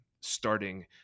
starting